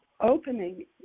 opening